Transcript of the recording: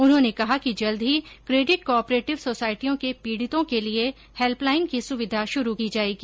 उन्होंने कहा कि जल्द ही केडिट कोऑपरेटिव सोसायटियों के पीडितों के लिये हैल्पलाईन की सुविधा शुरू की जायेगी